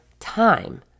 time